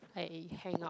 I hang up